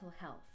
health